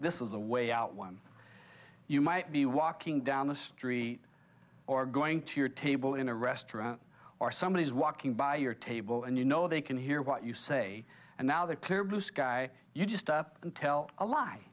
this is a way out one you might be walking down the street or going to your table in a restaurant or somebody is walking by your table and you know they can hear what you say and now the clear blue sky you just up and tell a lie